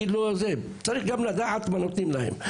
צריך גם לדעת מה נותנים להם.